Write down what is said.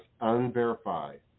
unverified